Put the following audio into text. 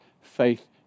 faith